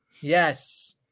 Yes